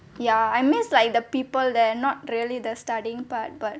ya I miss like the people there not really the studying part but